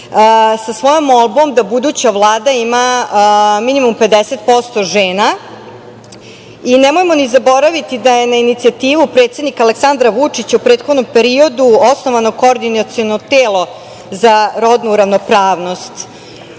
sa svojom molbom da buduća Vlada ima minimum 50% žena. Nemojmo zaboraviti i da je na inicijativu predsednika Vučića u prethodnom periodu osnovano Koordinaciono telo za rodnu ravnopravnost. Takođe,